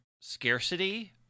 scarcity